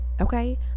okay